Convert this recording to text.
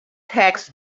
tax